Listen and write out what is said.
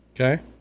Okay